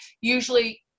usually